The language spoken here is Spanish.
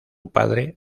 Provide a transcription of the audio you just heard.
padre